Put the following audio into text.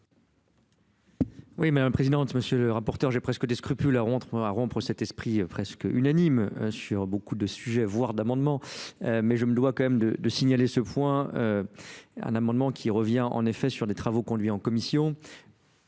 Oui, Mᵐᵉ la Présidente, M. le rapporteur, j'ai presque des à rendre à rendre cet esprit presque unanime, hein S, sur beaucoup de sujets, voire d'amendements, mais je me dois quand même de signaler ce point. Un amendement qui revient, en effet, sur les travaux conduits en commission.